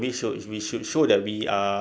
we should we should show that we are